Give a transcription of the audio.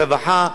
הרווחה,